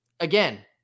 Again